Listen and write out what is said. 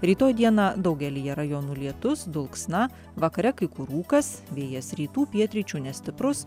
rytoj dieną daugelyje rajonų lietus dulksna vakare kai kur rūkas vėjas rytų pietryčių nestiprus